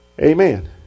Amen